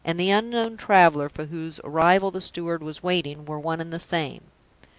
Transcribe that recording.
and the unknown traveler for whose arrival the steward was waiting, were one and the same.